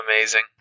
amazing